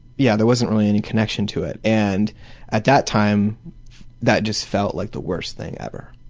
yeah, there wasn't really any connection to it. and at that time that just felt like the worst thing ever.